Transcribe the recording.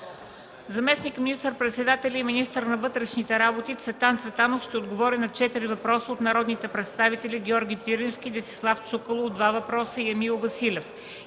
заместник министър-председателят и министър на вътрешните работи Цветан Цветанов ще отговори на четири въпроса от народните представители Георги Пирински, Десислав Чуколов - два въпроса, и Емил Василев,